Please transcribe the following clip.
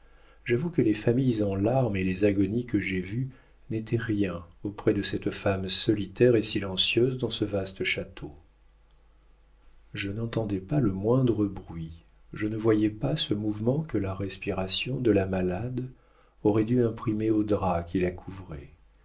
j'avoue que les familles en larmes et les agonies que j'ai vues n'étaient rien auprès de cette femme solitaire et silencieuse dans ce vaste château je n'entendais pas le moindre bruit je ne voyais pas ce mouvement que la respiration de la malade aurait dû imprimer aux draps qui la couvraient